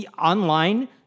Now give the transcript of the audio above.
Online